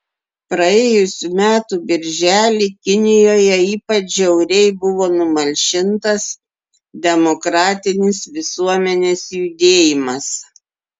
praėjusių metų birželį kinijoje ypač žiauriai buvo numalšintas demokratinis visuomenės judėjimas